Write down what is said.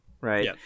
right